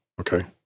okay